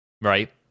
Right